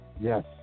Yes